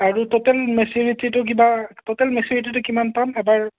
আৰু টোটেল মেচিউৰিটিটো কিবা টোটেল মেচিউৰিটিটো কিমান পাম এবাৰ